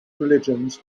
religions